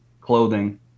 clothing